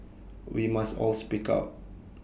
we must all speak out